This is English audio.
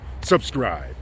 subscribe